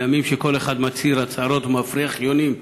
בימים שכל אחד מצהיר הצהרות ומפריח יונים,